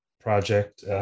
project